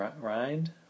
Rind